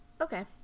Okay